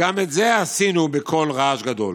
גם את זה עשינו בקול רעש גדול.